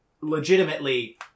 legitimately